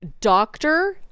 doctor